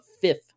fifth